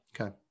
Okay